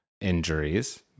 injuries